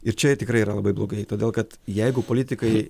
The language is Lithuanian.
ir čia tikrai yra labai blogai todėl kad jeigu politikai